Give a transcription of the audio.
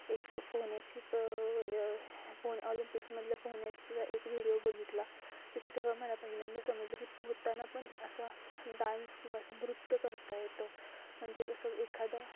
एक पोहन्याची पोह ऑलिंपिक्समधल्या पोहन्याचा एक व्हिडिओ बघितला तिथे तेव्हा मला पहिल्यांदा समजलं की पोहताना पन असा डान्स किंवा असं नृत्य करता येतं म्हणजे असं एखादा